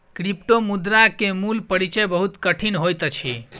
क्रिप्टोमुद्रा के मूल परिचय बहुत कठिन होइत अछि